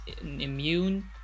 immune